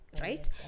right